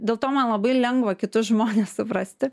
dėl to man labai lengva kitus žmones suprasti